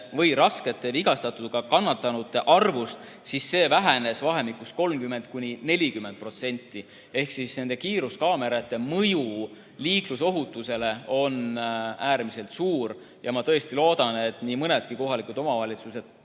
või raskete vigastustega kannatanute arvust, siis see vähenes 30–40%. Ehk kiiruskaamerate mõju liiklusohutusele on äärmiselt suur. Ma tõesti loodan, et nii mõnedki kohalikud omavalitsused